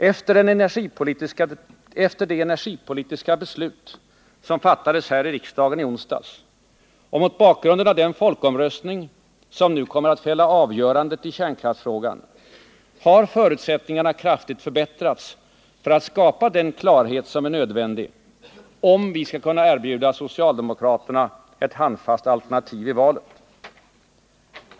Efter det energipolitiska beslut som fattades här i riksdagen i onsdags och mot bakgrund av den folkomröstning som nu kommer att fälla avgörandet i kärnkraftsfrågan har förutsättningarna kraftigt förbättrats för att skapa den klarhet som är nödvändig, om vi skall kunna erbjuda socialdemokraterna ett handfast alternativ i valet.